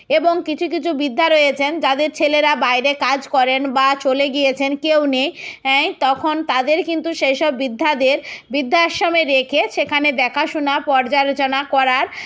এবং কিছু কিছু বৃদ্ধা রয়েছেন যাদের ছেলেরা বাইরে কাজ করেন বা চলে গিয়েছেন কেউ নেই তখন তাদের কিন্তু সেই সব বৃদ্ধাদের বৃদ্ধাশ্রমে রেখে সেখানে দেখাশোনা পর্যালোচনা করার